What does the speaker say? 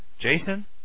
Jason